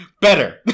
better